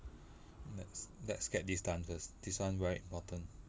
let's let's get this done first this one very important